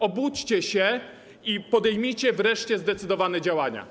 Obudźcie się i podejmijcie wreszcie zdecydowane działania.